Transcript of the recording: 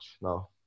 no